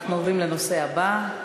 אנחנו עוברים לנושא הבא: